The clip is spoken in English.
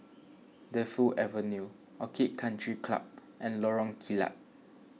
Defu Avenue Orchid Country Club and Lorong Kilat